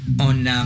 on